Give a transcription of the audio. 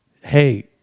hey